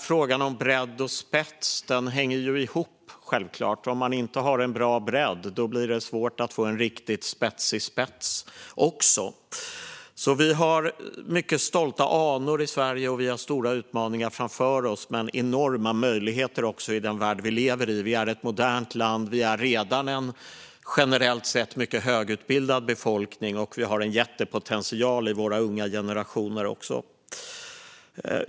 Frågan om bredd och spets hänger självklart ihop. Om man inte har en bra bredd blir det svårt att få en riktigt spetsig spets. Vi har mycket stolta anor i Sverige. Och vi har stora utmaningar framför oss men också enorma möjligheter i den värld vi lever i. Sverige är ett modernt land. Vi är redan en generellt sett mycket högutbildad befolkning, och vi har en jättepotential i våra unga generationer. Herr talman!